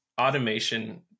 automation